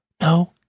No